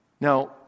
Now